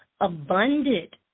abundant